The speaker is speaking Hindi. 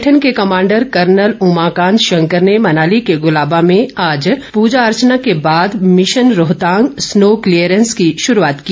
संगठन के कमांडर कर्नल उमाकांत शंकर ने मनाली के गुलाबा में आज प्रजा अर्चना के बाद मिशन रोहतांग स्नो क्लीयरेंस की शुरूआत की